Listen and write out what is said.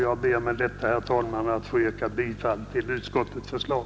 Jag ber med detta att få yrka bifall till utskottets förslag.